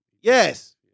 Yes